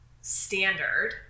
standard